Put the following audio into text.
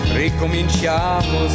ricominciamo